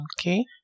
Okay